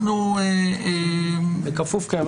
אנחנו --- לא, לא, רגע.